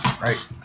Right